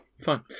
Fine